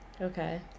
Okay